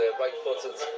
right-footed